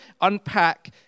unpack